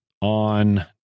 on